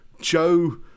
Joe